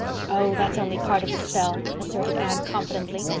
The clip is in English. oh, that's only part of the spell, asserted anne confidently.